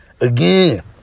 again